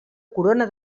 corona